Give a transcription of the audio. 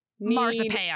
marzipan